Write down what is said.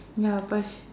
ya plus